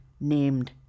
named